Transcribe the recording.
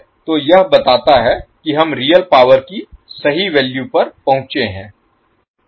तो यह बताता है कि हम रियल पावर की सही वैल्यू पर पहुंचे हैं